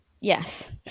Yes